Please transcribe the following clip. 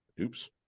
Oops